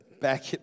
back